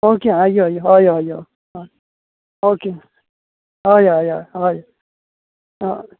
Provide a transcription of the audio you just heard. okay आं यो यो हय हय यो हय ओके हय हय हय आं